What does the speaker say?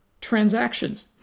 transactions